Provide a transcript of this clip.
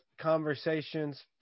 Conversations